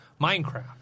Minecraft